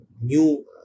new